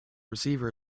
receiver